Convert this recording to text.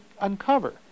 uncover